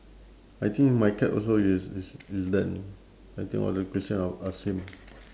I think my card also is is is done I think all the questions are are same